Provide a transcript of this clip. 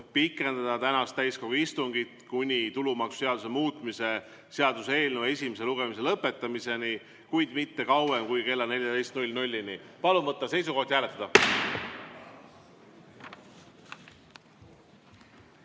pikendada tänast täiskogu istungit kuni tulumaksuseaduse muutmise seaduse eelnõu esimese lugemise lõpetamiseni, kuid mitte kauem kui kella 14‑ni. Palun võtta seisukoht ja hääletada!